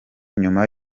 nyuma